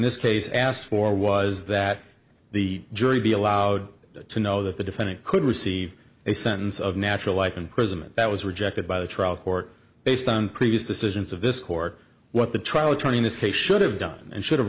this case asked for was that the jury be allowed to know that the defendant could receive a sentence of natural life imprisonment that was rejected by the trial court based on previous decisions of this court what the trial attorney in this case should have done and should have